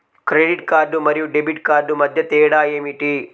Credit card మరియు debit card మధ్య తేడా ఏమిటి?